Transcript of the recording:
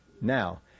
now